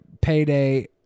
payday